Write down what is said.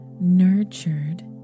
nurtured